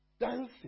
dancing